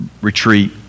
retreat